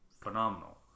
phenomenal